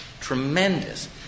tremendous